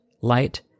light